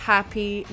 Happy